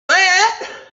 that